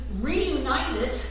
reunited